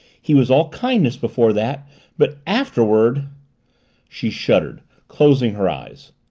he was all kindness before that but afterward she shuddered, closing her eyes.